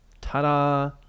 Ta-da